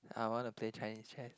I wanna play Chinese chess